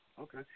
Okay